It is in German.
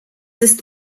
ist